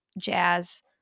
jazz